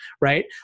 right